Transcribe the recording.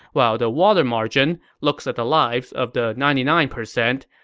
while the water margin looks at the lives of the ninety nine percent,